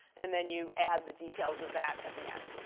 and then you add the details of that at the end.